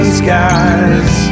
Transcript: skies